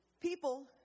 people